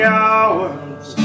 hours